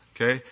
Okay